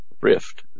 Rift